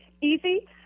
easy